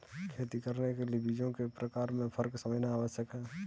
खेती करने के लिए बीजों के प्रकार में फर्क समझना आवश्यक है